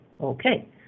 Okay